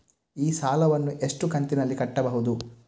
ಈ ಸಾಲವನ್ನು ಎಷ್ಟು ಕಂತಿನಲ್ಲಿ ಕಟ್ಟಬಹುದು?